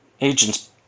agent's